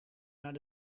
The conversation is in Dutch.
naar